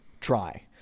Try